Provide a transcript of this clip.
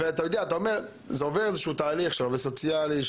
אתה אומר שזה עובר תהליך של עובד סוציאלי,